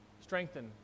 strengthen